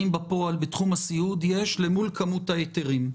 בתחום הסיעוד יש אל מול כמות ההיתרים.